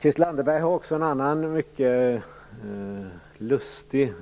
Christel Anderberg har också en annan, mycket lustig